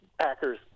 Packers